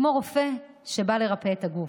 כמו רופא שבא לרפא את הגוף.